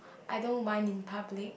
I don't whine in public